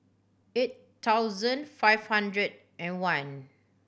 eight thousand five hundred and one